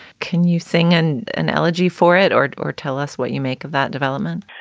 can you sing an analogy for it or or tell us what you make of that development?